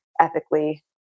ethically